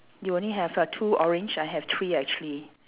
you only have uh two orange I have three actually